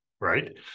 right